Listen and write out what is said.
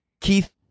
Keith